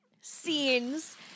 scenes